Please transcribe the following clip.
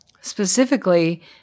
specifically